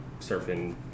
surfing